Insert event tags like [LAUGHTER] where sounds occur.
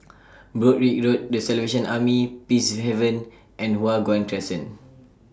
[NOISE] Broadrick Road The Salvation Army Peacehaven and Hua Guan Crescent